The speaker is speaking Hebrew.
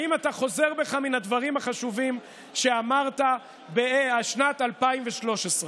האם אתה חוזר בך מן הדברים החשובים שאמרת בשנת 2013?